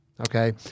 Okay